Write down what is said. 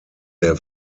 der